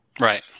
Right